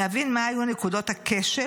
להבין מה היו נקודות הכשל,